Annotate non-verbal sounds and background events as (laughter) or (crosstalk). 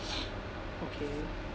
(noise) okay